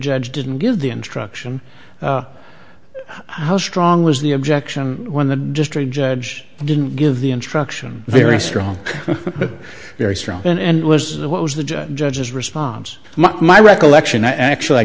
judge didn't give the instruction how strong was the objection when the district judge didn't give the instruction very strong but very strong and was what was the judge's response not my recollection actually i